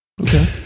Okay